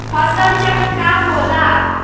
फसल चक्र का होला?